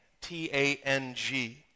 T-A-N-G